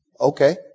okay